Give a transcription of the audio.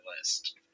list